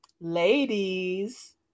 ladies